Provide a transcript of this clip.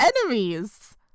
enemies